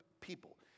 people